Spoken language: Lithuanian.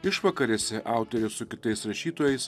išvakarėse autorė su kitais rašytojais